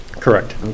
Correct